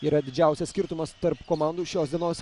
yra didžiausias skirtumas tarp komandų šios dienos